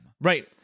Right